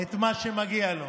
את מה שמגיע לו.